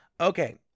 Okay